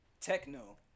techno